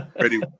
Ready